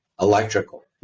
electrical